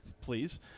please